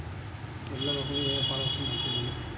పిల్లలకు ఏ పొలసీ మంచిది?